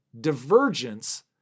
divergence